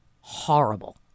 horrible